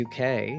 UK